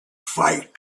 fight